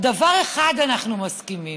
על דבר אחד אנחנו מסכימים: